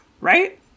right